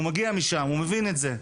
הוא מגיע משם, הוא מבין את זה.